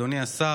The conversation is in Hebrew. אדוני השר,